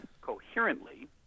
coherently